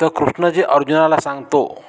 तर कृष्ण जे अर्जुनाला सांगतो